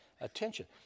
attention